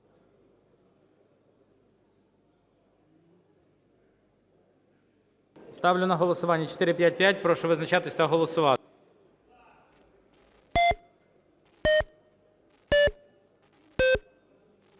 Ставлю на голосування 455. Прошу визначатися та голосувати.